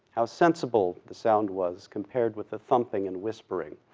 how sensible the sound was, compared with the thumping and whispering,